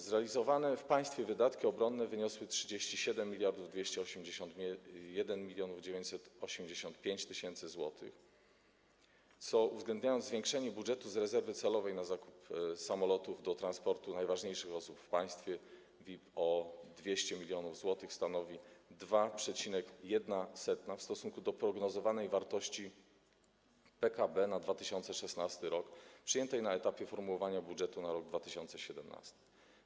Zrealizowane w państwie wydatki obronne wyniosły 37 281 985 tys. zł, co, uwzględniając zwiększenie budżetu z rezerwy celowej na zakup samolotów do transportu najważniejszych osób w państwie VIP o 200 mln zł, stanowi 2,1 w stosunku do prognozowanej wartości PKB na 2016 r. przyjętej na etapie formułowania budżetu na rok 2017.